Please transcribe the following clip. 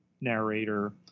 narrator